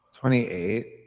28